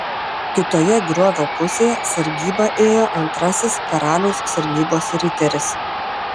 kitoje griovio pusėje sargybą ėjo antrasis karaliaus sargybos riteris